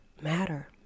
matter